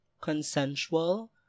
consensual